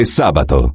sabato